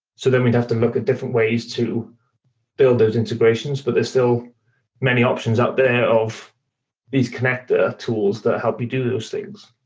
so then we'd have to look at different ways to build those integrations, but there are still many options out there of these connector tools that help you do those things.